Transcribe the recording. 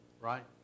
Right